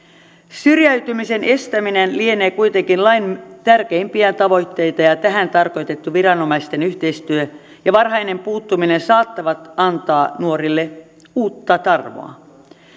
syrjäytymisen estäminen lienee kuitenkin lain tärkeimpiä tavoitteita ja tähän tarkoitettu viranomaisten yhteistyö ja varhainen puuttuminen saattavat antaa nuorille uutta tarmoa